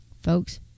folks